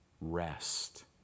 rest